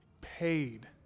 paid